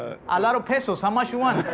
a lot of pesos, how much you want? a